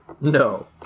No